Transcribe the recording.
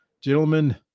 gentlemen